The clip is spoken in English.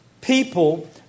people